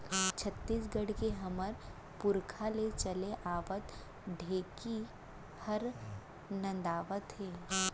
छत्तीसगढ़ के हमर पुरखा ले चले आवत ढेंकी हर नंदावत हे